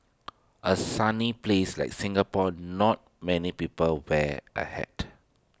A sunny place like Singapore not many people wear A hat